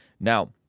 Now